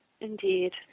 Indeed